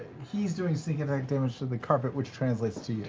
he's doing sneak attack damage to the carpet, which translates to to